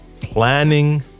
planning